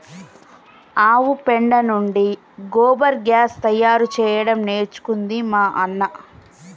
ఆవు పెండ నుండి గోబర్ గ్యాస్ తయారు చేయడం నేర్చుకుంది మా అన్న